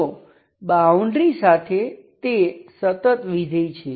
તો બાઉન્ડ્રી સાથે તે સતત વિધેય છે